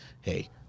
hey